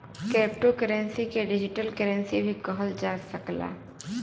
crypto currency के digital currency भी कहल जा सकला